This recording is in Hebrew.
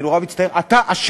אני נורא מצטער, אתה אשם.